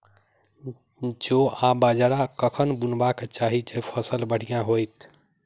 जौ आ बाजरा कखन बुनबाक चाहि जँ फसल बढ़िया होइत?